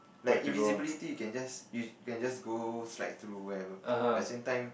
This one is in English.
like invisibility you can just you can just go strike through wherever but at the same time